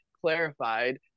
clarified